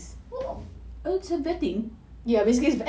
oh its a vetting